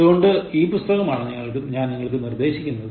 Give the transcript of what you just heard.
അതുകൊണ്ട് ഈ പുസ്തകമാണ് ഞാൻ നിങ്ങൾക്ക് നിർദ്ദേശിക്കുന്നത്